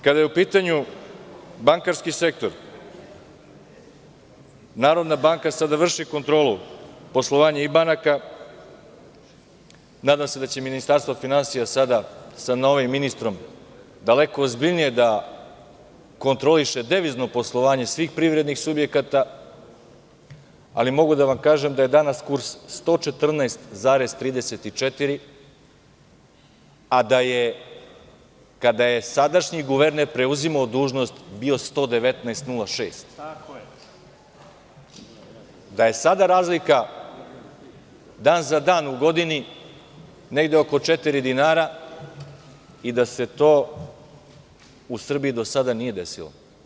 Kada je u pitanju bankarski sektor, Narodna banka sada vrši kontrolu poslovanja i banaka, nadam se da će Ministarstvo finansija sada sa novim ministrom daleko ozbiljnije da kontroliše devizno poslovanje svih privrednih subjekata, ali mogu da vam kažem da je danas kurs 114,34, a da je, kada je sadašnji guverner preuzimao dužnost, bio 119,06, da je sada razlika, dan za dan u godini, negde oko četiri dinara i da se to u Srbiji do sada nije desilo.